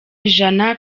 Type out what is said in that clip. ijana